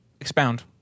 Expound